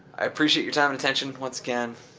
i appreciate your time and attention, once again.